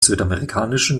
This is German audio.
südamerikanischen